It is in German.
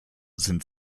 sind